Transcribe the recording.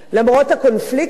למרות הקונפליקטים,